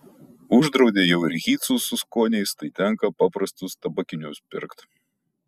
uždraudė jau ir hytsus su skoniais tai tenka paprastus tabakinius pirkt